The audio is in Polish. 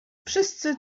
wszyscy